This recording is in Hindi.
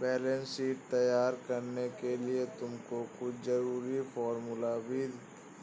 बैलेंस शीट तैयार करने के लिए तुमको कुछ जरूरी फॉर्मूले भी